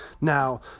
Now